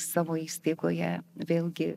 savo įstaigoje vėlgi